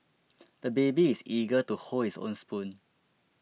the baby is eager to hold his own spoon